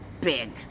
big